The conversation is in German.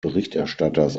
berichterstatters